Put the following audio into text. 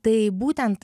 tai būtent